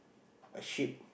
a ship